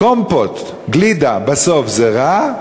קומפוט, גלידה בסוף, זה רע?